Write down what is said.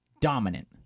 dominant